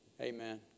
Amen